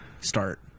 start